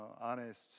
honest